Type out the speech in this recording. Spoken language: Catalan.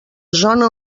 zona